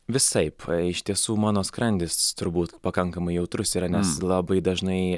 visaip iš tiesų mano skrandis turbūt pakankamai jautrus yra nes labai dažnai